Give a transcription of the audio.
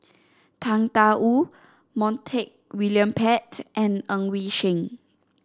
Tang Da Wu Montague William Pett and Ng Yi Sheng